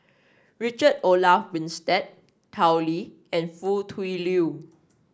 Richard Olaf Winstedt Tao Li and Foo Tui Liew